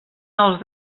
els